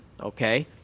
Okay